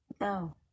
No